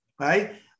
right